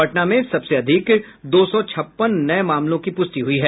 पटना में सबसे अधिक दो सौ छप्पन नये मामलों की पुष्टि हुई है